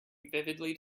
vividly